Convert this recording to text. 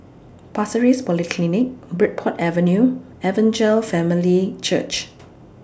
Pasir Ris Polyclinic Bridport Avenue Evangel Family Church